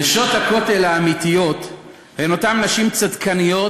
נשות הכותל האמיתיות הן אותן נשים צדקניות